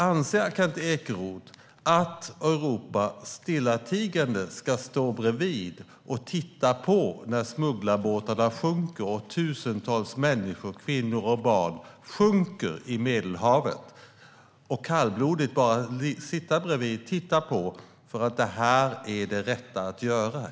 Anser Kent Ekeroth att Europa stillatigande ska stå bredvid och titta på när smugglarbåtarna med tusentals människor - kvinnor och barn - sjunker i Medelhavet? Ska man kallblodigt sitta bredvid och titta på? Är detta det rätta att göra?